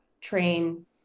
train